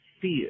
fear